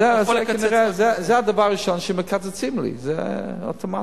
אז זה הדבר הראשון שמקצצים לי, זה אוטומטי.